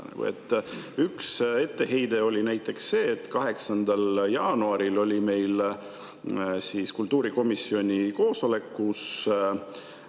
Üks etteheide oli näiteks see, et 8. jaanuaril oli meil kultuurikomisjoni koosolek,